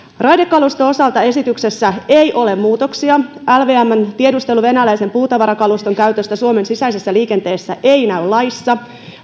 raidekaluston osalta esityksessä ei ole muutoksia lvmn tiedustelu venäläisen puutavarakaluston käytöstä suomen sisäisessä liikenteessä ei näy laissa